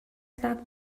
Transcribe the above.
tlak